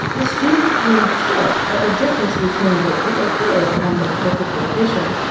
the students were in shock at the difference between the real thing and the critical edition.